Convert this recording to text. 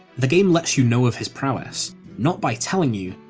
the game lets you know of his prowess not by telling you,